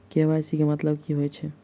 KYC केँ मतलब की होइ छै?